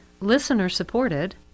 listener-supported